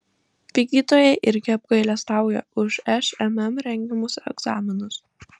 vykdytojai irgi apgailestauja už šmm rengiamus egzaminus